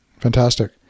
Fantastic